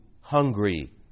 hungry